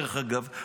דרך אגב,